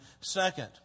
second